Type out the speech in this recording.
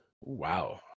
Wow